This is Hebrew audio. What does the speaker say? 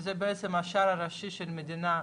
שזה בעצם השער הראשי של המדינה,